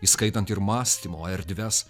įskaitant ir mąstymo erdves